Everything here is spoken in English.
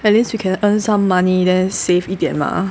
at least you can earn some money then save 一点吗